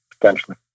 potentially